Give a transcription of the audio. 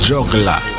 Juggler